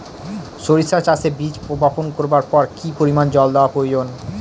সরিষা চাষে বীজ বপন করবার পর কি পরিমাণ জল দেওয়া প্রয়োজন?